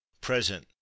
present